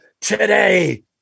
today